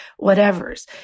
whatevers